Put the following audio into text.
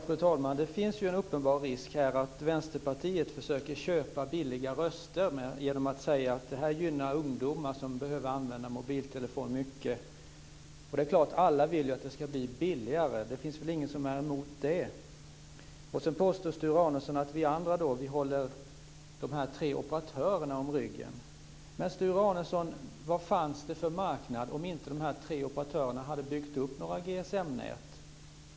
Fru talman! Det finns en uppenbar risk för att Vänsterpartiet försöker köpa billiga röster genom att säga att detta gynnar ungdomar som behöver använda mobiltelefon mycket. Det är klart att alla vill att det ska bli billigare. Det finns väl ingen som är emot det? Sedan påstår Sture Arnesson att vi andra håller de tre operatörerna om ryggen. Men vad fanns det för marknad om dessa tre operatörer inte hade byggt upp några GSM-nät, Sture Arnesson?